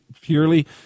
purely